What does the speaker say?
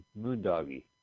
Moondoggy